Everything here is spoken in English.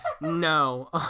No